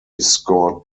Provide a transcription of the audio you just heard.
scored